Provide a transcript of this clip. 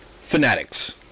Fanatics